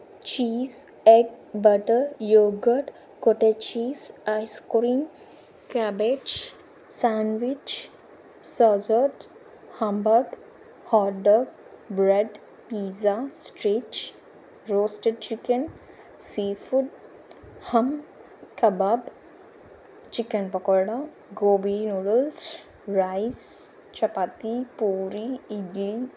cheese egg butter yogurt kolaches ice cream cabbage sandwich సాజోట్ హంబాత్ hot dog bread pizza స్ట్రీచ్ roasted chicken sea food ham kebab chicken pakoda gobi noodles rice chapati puri idli